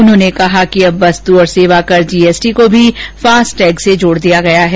उन्होंने कहा कि अब वस्त और सेवा कर जीएसटी को भी फास्टैग से जोड़ दिया गया है